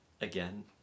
again